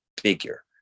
figure